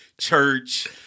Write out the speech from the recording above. church